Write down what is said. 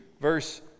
verse